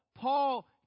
Paul